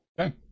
Okay